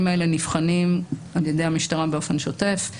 האלה נבחנים על ידי המשטרה באופן שוטף,